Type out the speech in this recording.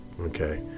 Okay